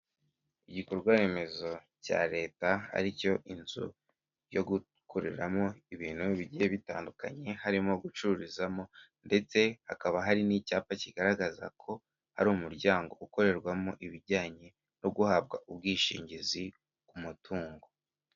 Igikorwa remezo cya leta ari cyo inzu yo gukoreramo ibintu bigiye bitandukanye, harimo gucururizamo ndetse hakaba hari n'icyapa kigaragaza ko hari umuryango ukorerwamo ibijyanye no guhabwa ubwishingizi ku mutungo.